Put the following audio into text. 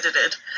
edited